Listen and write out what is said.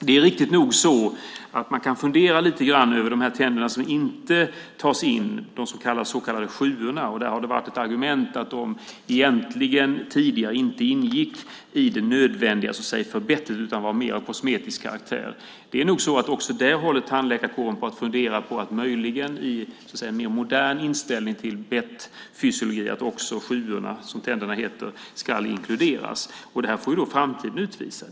Det är riktigt nog så att man kan fundera lite grann över de tänder som inte tas in, de så kallade sjuorna. Där har ett argument varit att de tidigare egentligen inte ingick i den nödvändiga förbättringen utan var av mer kosmetisk karaktär. Det är nog så att tandläkarkåren också där håller på att fundera på en möjligen mer modern inställning till bettfysiologin och att också sjuorna, som tänderna heter, ska inkluderas. Det här får framtiden utvisa.